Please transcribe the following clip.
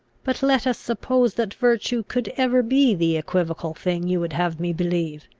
but let us suppose that virtue could ever be the equivocal thing you would have me believe.